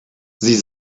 sie